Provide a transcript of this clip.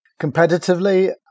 competitively